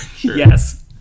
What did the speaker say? Yes